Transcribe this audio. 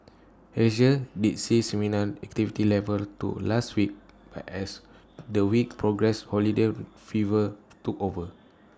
Asia did see similar activity levels to last week but as the week progressed holiday fever took over